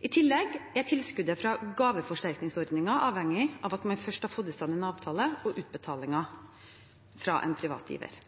I tillegg er tilskuddet fra gaveforsterkningsordningen avhengig av at man først har fått i stand en avtale og utbetalinger fra en privat giver.